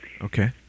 Okay